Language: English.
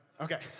Okay